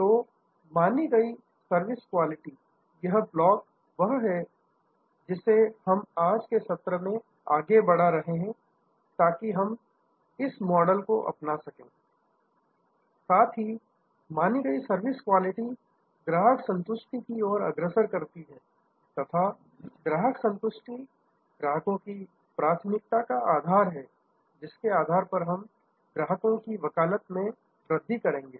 तो मानी गई सर्विस क्वालिटी यह ब्लॉक वह है जिसे हम आज के सत्र में आगे बढ़ा रहे हैं ताकि हम इस मॉडल को अपना सकें साथ ही मानी गई सर्विस क्वालिटी ग्राहक संतुष्टि की ओर अग्रसर करती है तथा ग्राहक संतुष्टि ग्राहकों की प्राथमिकता का आधार है जिसके आधार पर हम ग्राहकों की वकालत में वृद्धि करेंगे